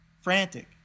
frantic